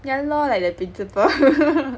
yeah lor like that principal